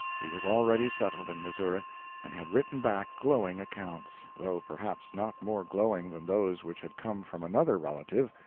he was already settled in missouri and had written back glowing accounts though perhaps not more glowing than those which had come from another relative,